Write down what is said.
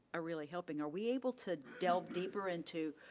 are really helping. are we able to delve deeper into,